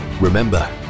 Remember